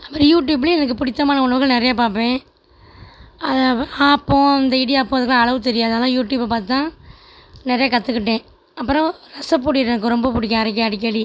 அப்புறம் யூடியூப்லையும் எனக்கு பிடித்தமான உணவுகள் நிறைய பார்ப்பேன் ஆப்பம் அந்த இடியாப்பம் இதுக்கெல்லாம் அளவு தெரியாது அதான் யூடியூபை பார்த்து தான் நெறய கற்றுக்கிட்டேன் அப்புறம் ரசப்பொடி எனக்கு ரொம்ப பிடிக்கும் அரைக்க அடிக்கடி